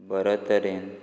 बरो तरेन